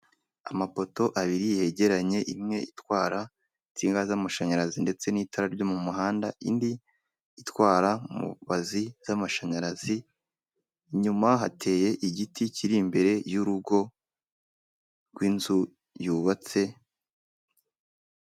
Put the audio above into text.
Amapoto abiri yegeranye imwe itwara insinga z'amashanyarazi ndetse n'itara ryo mu muhanda indi itwara mubazi z'amashanyarazi, nyuma hateye igiti kiri imbere y'urugo rw'inzu yubatse.